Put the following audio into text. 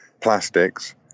plastics